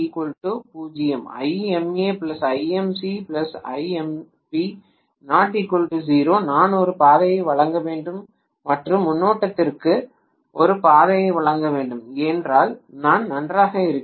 Ima Imb Imc ≠ 0 நான் ஒரு பாதையை வழங்க வேண்டும் மற்றும் மின்னோட்டத்திற்கு ஒரு பாதையை வழங்க வேண்டும் என்றால் நான் நன்றாக இருக்கிறேன்